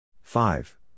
five